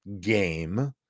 game